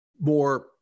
more